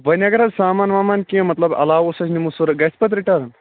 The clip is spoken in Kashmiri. وۄنۍ اگر حظ سَمان وَمان کیٚنٛہہ مطلب علاوٕ اوس اَسہِ نِمُت سُہ گَژھِ پتہٕ رِٹٲرٕنۍ